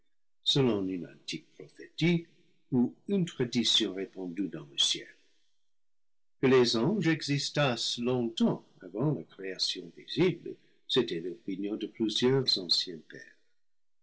ou une tradition répandue dans le ciel que les anges existassent longtemps avant la création visible c'était l'opinion de plusieurs anciens pères